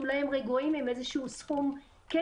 אולי הם רגועים עם איזשהו סכום כסף,